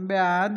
בעד